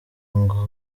ngo